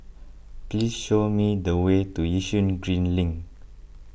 please show me the way to Yishun Green Link